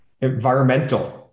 environmental